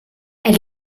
elle